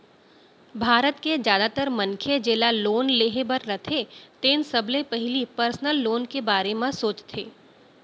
भारत के जादातर मनखे जेला लोन लेहे बर रथे तेन सबले पहिली पर्सनल लोन के बारे म सोचथे